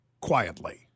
quietly